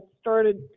started